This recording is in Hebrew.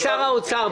אם הייתי שר האוצר,